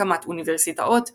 הקמת אוניברסיטאות ועוד.